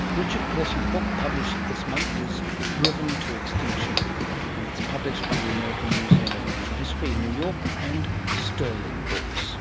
richard pearson's book, published this month, is driven to extinction and it's published by the american museum of natural history in new york and sterling books